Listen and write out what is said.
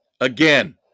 Again